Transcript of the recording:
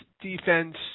defense